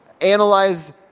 analyze